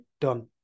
Done